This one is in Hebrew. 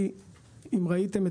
אם ראיתם,